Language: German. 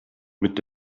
mit